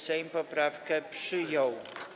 Sejm poprawkę przyjął.